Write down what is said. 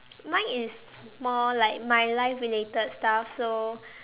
mine is more like my life related stuff so